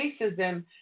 racism